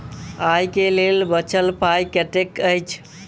आइ केँ लेल बचल पाय कतेक अछि?